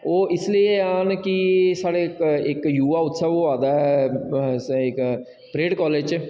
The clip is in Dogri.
ओह् इसलिए आन कि साढ़े इक इक युवा उत्सव होआ दा ऐ ए स परेड कालेज च